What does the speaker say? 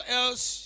else